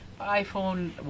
iPhone